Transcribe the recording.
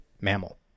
mammal